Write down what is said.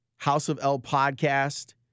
houseoflpodcast